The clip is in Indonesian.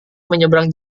menyeberang